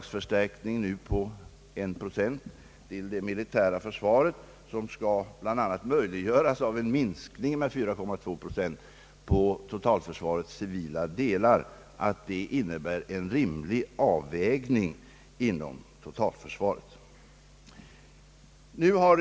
Mittenpartierna har föreslagit en minskning av oljelagringsprogrammet. Våra beredskapssjukhus måste vara något så när väl utrustade och planerade. Även beträffande dem har man föreslagit besparingar. Detsamma gäller skyddsrumsanläggningar och civilförsvarsutbildning.